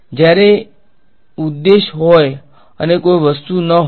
જ્યારે ઉદ્દેશ હોય અથવા કોઈ વસ્તુ ન હોય